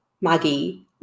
Maggie